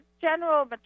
general